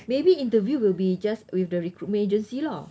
maybe interview will be just with the recruitment agency lah